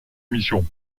mission